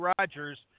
Rogers